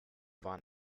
waren